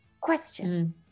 Question